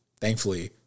Thankfully